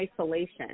isolation